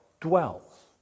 dwells